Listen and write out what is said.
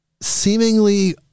seemingly